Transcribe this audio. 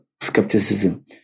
skepticism